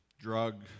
drug